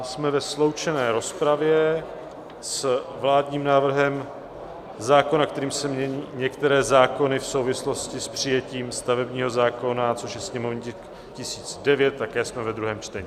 Jsme ve sloučené rozpravě s vládním návrhem zákona, kterým se mění některé zákony v souvislosti s přijetím stavebního zákona, a sice sněmovní tisk 1009, také jsme ve druhém čtení.